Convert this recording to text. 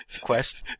quest